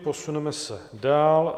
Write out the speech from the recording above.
Posuneme se dál.